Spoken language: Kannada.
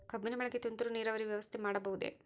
ಕಬ್ಬಿನ ಬೆಳೆಗೆ ತುಂತುರು ನೇರಾವರಿ ವ್ಯವಸ್ಥೆ ಮಾಡಬಹುದೇ?